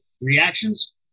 reactions